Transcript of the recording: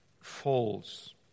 falls